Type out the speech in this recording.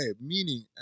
meaning